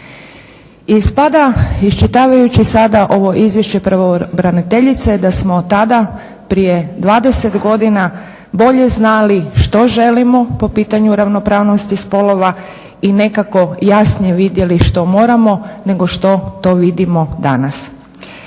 Ispada, iščitavajući sada ovo izvješće pravobraniteljice, da smo tada prije 20 godina bolje znali što želimo po pitanju ravnopravnosti spolova i nekako jasnije vidjeli što moramo nego što to vidimo danas.